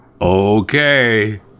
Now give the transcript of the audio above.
Okay